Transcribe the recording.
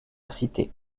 cité